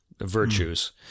virtues